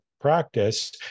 practice